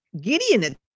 Gideon